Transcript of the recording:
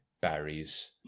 Barry's